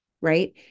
right